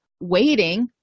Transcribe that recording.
waiting